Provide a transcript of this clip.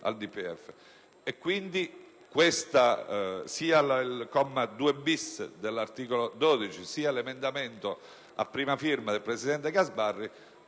del DPEF. Quindi, sia il comma 2-*bis* dell'articolo 12 sia l'emendamento a prima firma del presidente Gasparri,